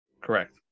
Correct